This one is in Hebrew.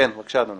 כן, בבקשה, אדוני.